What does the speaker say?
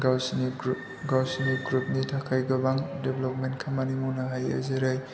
गावसोरनि ग्रुपनि थाखाय गोबां देभलपमेन्ट खामानि मावनो हायो जेरै